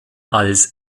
als